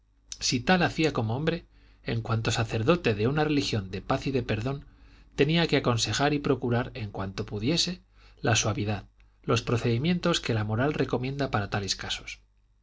si tal hacía como hombre en cuanto sacerdote de una religión de paz y de perdón tenía que aconsejar y procurar en cuanto pudiese la suavidad los procedimientos que la moral recomienda para tales casos